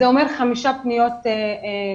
זה אומר חמש פניות ביום.